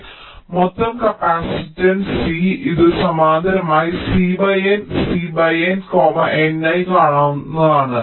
മൊത്തം capacitance C ഇത് സമാന്തരമായി C N C N N ആയി കാണാവുന്നതാണ്